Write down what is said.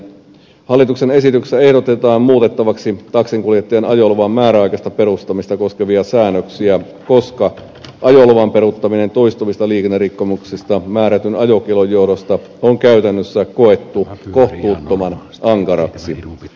hallituksen esityksessä ehdotetaan muutettavaksi taksinkuljettajan ajoluvan määräaikaista peruuttamista koskevia säännöksiä koska ajoluvan peruuttaminen toistuvista liikennerikkomuksista määrätyn ajokiellon johdosta on käytännössä koettu kohtuuttoman ankaraksi